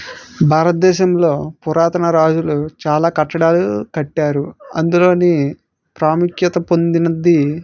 భారతదేశంలో పురాతన రాజులు చాలా కట్టడాలు కట్టారు అందులో ప్రాముఖ్యత పొందినది